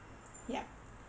yup